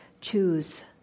choose